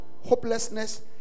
hopelessness